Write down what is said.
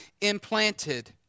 implanted